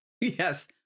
Yes